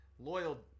Loyal